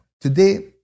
Today